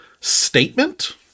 statement